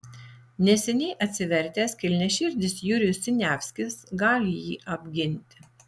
neseniai atsivertęs kilniaširdis jurijus siniavskis gali jį apginti